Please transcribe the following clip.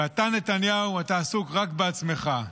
ואתה, נתניהו, אתה עסוק רק בעצמך.